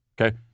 Okay